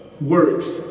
works